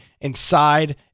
inside